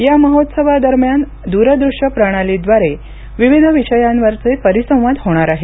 या महोत्सवादरम्यान दूरदृश्य प्रणालीद्वारे विविध विषयांवरचे परिसंवाद होणार आहेत